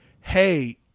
hey